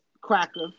Cracker